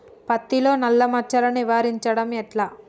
పత్తిలో నల్లా మచ్చలను నివారించడం ఎట్లా?